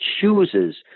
chooses